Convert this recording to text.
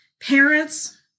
parents